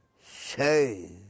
say